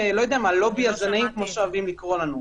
"לובי הזנאים" כמו שאוהבים לקרוא לנו.